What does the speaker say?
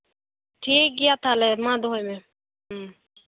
ᱴᱷᱤᱠ ᱜᱮᱭᱟ ᱛᱟᱦᱚᱞᱮ ᱢᱟ ᱫᱚᱦᱚᱭ ᱢᱮ ᱦᱮᱸ